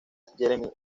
jeremy